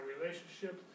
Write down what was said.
relationships